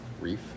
Reef